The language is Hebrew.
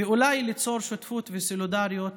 ואולי ליצור שותפות וסולידריות